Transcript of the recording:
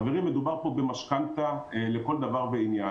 חברים, מדובר פה במשכנתה לכל דבר ועניין.